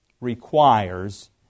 requires